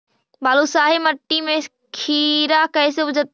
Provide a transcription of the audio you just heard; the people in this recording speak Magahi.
बालुसाहि मट्टी में खिरा कैसे उपजतै?